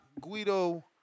Guido